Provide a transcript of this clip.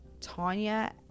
Tanya